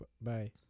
Bye